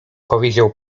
powiedział